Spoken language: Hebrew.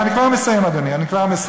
אני כבר מסיים, אדוני, אני כבר מסיים.